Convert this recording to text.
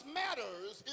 matters